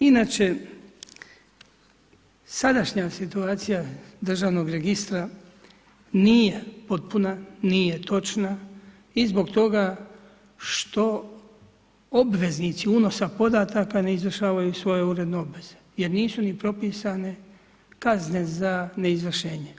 Inače sadašnja situacija državnog registra nije potpuna, nije točna i zbog toga što obveznici unosa podataka ne izvršavaju svoje uredne obveze jer nisu ni propisane kazne za neizvršenje.